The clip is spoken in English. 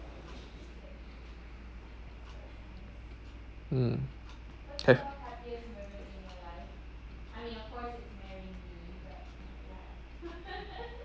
mm have